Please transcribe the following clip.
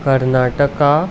Karnataka